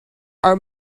are